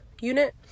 unit